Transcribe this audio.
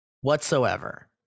whatsoever